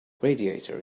radiator